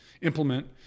implement